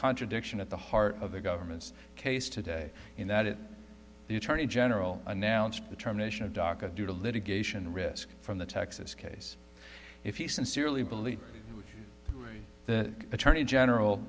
contradiction at the heart of the government's case today in that it the attorney general announced determination of daca due to litigation risk from the texas case if he sincerely believed the attorney general